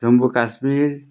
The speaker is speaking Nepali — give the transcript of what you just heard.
जम्मू कश्मीर